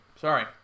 Sorry